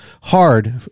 hard